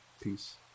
Peace